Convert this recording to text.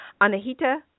Anahita